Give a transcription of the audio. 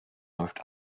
läuft